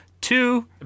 two